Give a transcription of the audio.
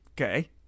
Okay